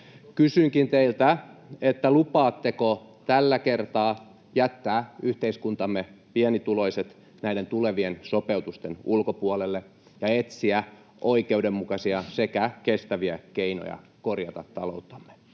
Kysynkin teiltä: Lupaatteko tällä kertaa jättää yhteiskuntamme pienituloiset näiden tulevien sopeutusten ulkopuolelle ja etsiä oikeudenmukaisia sekä kestäviä keinoja korjata talouttamme?